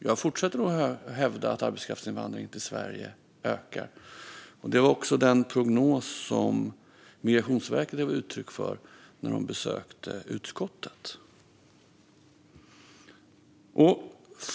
Jag fortsätter att hävda att arbetskraftsinvandringen till Sverige ökar. Det var också den prognos som Migrationsverket gav uttryck för när de besökte utskottet.